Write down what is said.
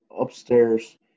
upstairs